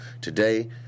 today